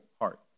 heart